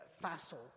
facile